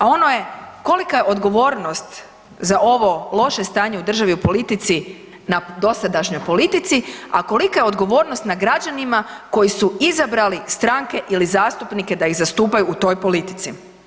A ono je kolika je odgovornost za ovo loše stanje u državi u politici na dosadašnjoj politici, a kolika je odgovornost na građanima koji su izabrali stranke ili zastupnike da ih zastupaju u toj politici?